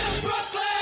Brooklyn